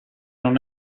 non